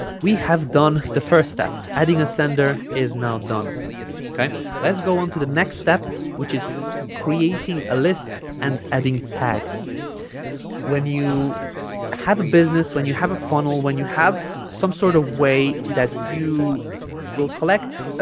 we have done the first step adding a sender is now done okay let's go on to the next step which is creating a list and adding tags when you have a business when you have a funnel when you have some sort of way that you will collect um